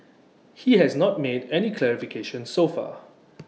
ho has not made any clarifications so far